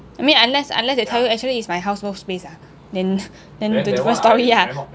I mean unless unless they tell you actually it's my house no space ah then then different story ah